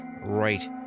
right